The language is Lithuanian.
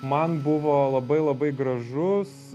man buvo labai labai gražus